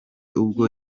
ubwo